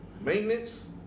Maintenance